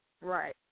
right